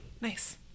Nice